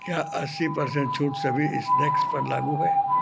क्या अस्सी परसेंट छूट सभी स्नेक्स पर लागू है